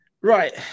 right